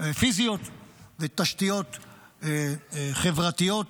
פיזיות ותשתיות חברתיות,